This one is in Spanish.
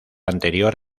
anterior